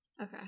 Okay